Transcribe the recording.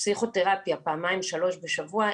פסיכותרפיה פעמיים/שלוש בשבוע,